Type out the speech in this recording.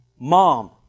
Mom